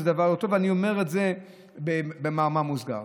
אני אומר את זה במאמר מוסגר.